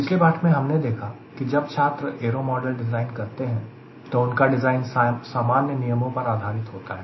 पिछले पाठ में हमने देखा कि जब छात्र एरो मॉडल डिज़ाइन करते हैं तो उनका डिज़ाइन सामान्य नियमों पर आधारित होता है